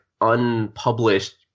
unpublished